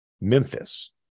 Memphis